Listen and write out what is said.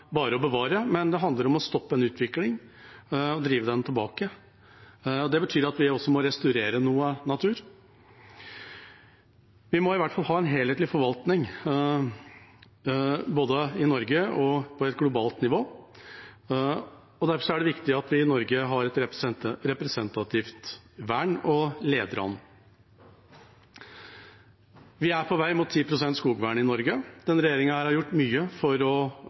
å bevare, men om å stoppe en utvikling og drive den tilbake. Det betyr at vi også må restaurere noe natur. Vi må i hvert fall ha en helhetlig forvaltning, både i Norge og på et globalt nivå, og derfor er det viktig at vi i Norge har et representativt vern og leder an. Vi er på vei mot 10 pst. skogvern i Norge. Denne regjeringen har gjort mye for å øke skogvernet, og i stor grad skjer det frivillig. Vi er på vei til å